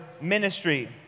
ministry